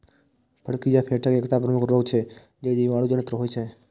फड़कियां भेड़क एकटा प्रमुख रोग छियै, जे जीवाणु जनित होइ छै